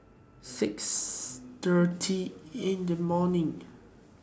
six thirty in The morning